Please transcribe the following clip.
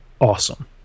awesome